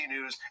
News